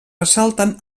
ressalten